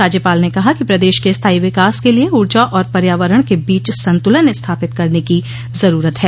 राज्यपाल ने कहा कि प्रदेश के स्थायी विकास के लिए ऊर्जा और पर्यावरण के बीच संतुलन स्थापित करने की जरूरत है